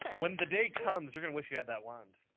when the day comes, you're gonna wish you had that wand.